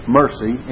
mercy